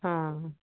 हा